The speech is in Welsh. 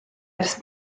ers